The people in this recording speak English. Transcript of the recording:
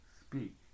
speak